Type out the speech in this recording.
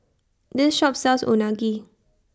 This Shop sells Unagi